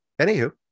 anywho